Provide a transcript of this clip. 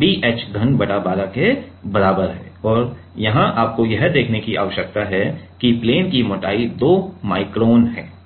b h घन बटा 12 के बराबर है और यहां आपको यह देखने की आवश्यकता है कि प्लेन की मोटाई 2 माइक्रोन है